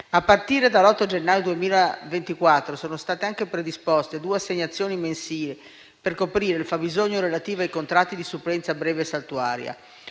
A partire dall'8 gennaio 2024, sono state anche predisposte due assegnazioni mensili per coprire il fabbisogno relativo ai contratti di supplenza breve e saltuaria.